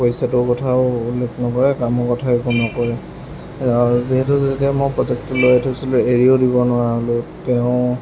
পইচাটোৰ কথাও উল্লেখ নকৰে কামৰ কথা একো নকয়ো আৰু যিহেতু যেতিয়া মই প্ৰজেক্টটো লৈ থৈছিলোঁ এৰিও দিব নোৱাৰা হ'লোঁ তেওঁ